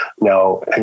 Now